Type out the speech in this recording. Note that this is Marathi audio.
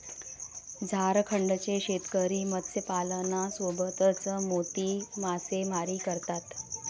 झारखंडचे शेतकरी मत्स्यपालनासोबतच मोती मासेमारी करतात